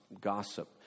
gossip